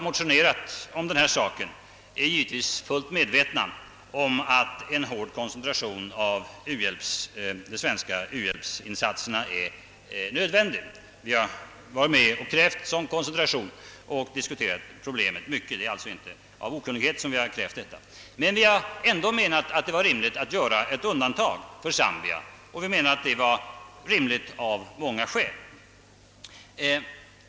motionerat om denna sak är givetvis fullt medvetna om att en hård koncentration av de svenska u-hjälpsinsatserna är nödvändig. Vi har varit med om att kräva en sådan koncentration och diskuterat problemet. Det är inte av okunnighet som vi krävt detta. Vi har ändå menat att det var rimligt att göra ett undantag för Zambia av många skäl.